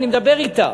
אני מדבר אתה.